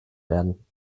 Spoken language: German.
werden